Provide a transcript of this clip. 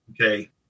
Okay